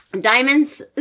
Diamond's